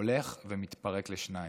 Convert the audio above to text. הולך ומתפרק לשניים,